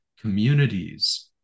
communities